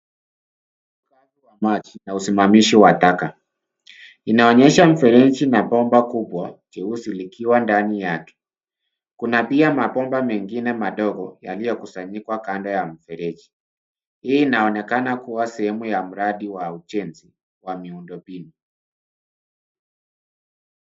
Maji na usimamizi wa taka. Inaonyesha mifereji na bomba kubwa jeusi likiwa ndani yake. Kuna pia mabomba mengine madogo yaliyokusanyikwa kando ya mfereji. Hii inaonekana kuwa sehemu ya mradi wa ujenzi wa miundombinu.